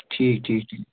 ٹھیٖک ٹھیٖک ٹھیٖک